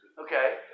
Okay